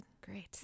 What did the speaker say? great